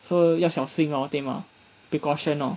so 要小心 lor 对吗 precaution lor